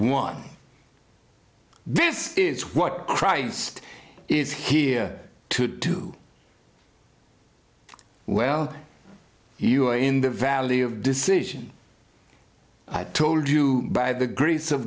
one this is what christ is here to do well you are in the valley of decision i told you by the grace of